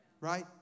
right